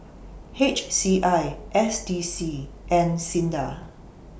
H C I S D C and SINDA